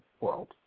world